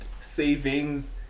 savings